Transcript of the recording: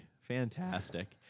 Fantastic